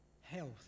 Health